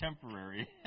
temporary